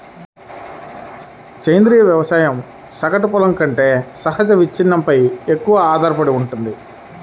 సేంద్రీయ వ్యవసాయం సగటు పొలం కంటే సహజ విచ్ఛిన్నంపై ఎక్కువగా ఆధారపడుతుంది